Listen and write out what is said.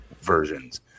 versions